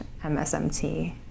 MSMT